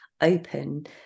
open